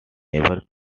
never